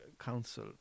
council